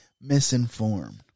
misinformed